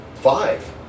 Five